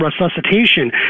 resuscitation